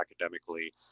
academically